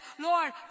Lord